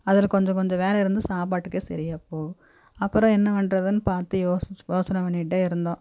அதில் கொஞ்ச கொஞ்ச வேலை இருந்து சாப்பாட்டுக்கே சரியா போகும் அப்புறம் என்ன பண்ணுறதுன்னு பார்த்து யோசிச்சு யோசனை பண்ணிகிட்டே இருந்தோம்